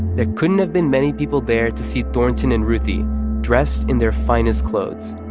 there couldn't have been many people there to see thornton and ruthie dressed in their finest clothes.